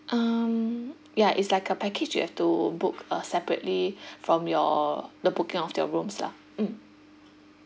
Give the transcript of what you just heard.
um ya it's like a package you have to book uh separately from your the booking of your rooms lah mm